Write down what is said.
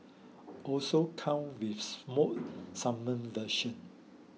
also comes with smoked salmon version